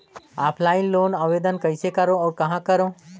Offline loan आवेदन कइसे करो और कहाँ करो?